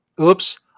Oops